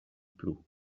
plu